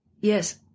Yes